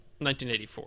1984